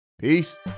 Peace